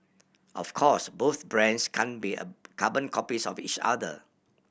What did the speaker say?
of course both brands can be a carbon copies of each other